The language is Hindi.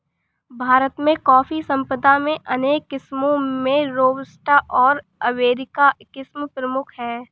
भारत में कॉफ़ी संपदा में अनेक किस्मो में रोबस्टा ओर अरेबिका किस्म प्रमुख है